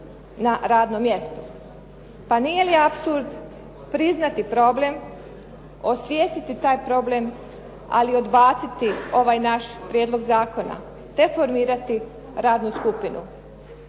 Pa nije li apsurd priznati problem, osvijestiti taj problem, ali odbaciti ovaj naš prijedlog zakona te formirati radnu skupinu?